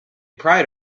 pride